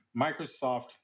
Microsoft